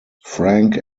frank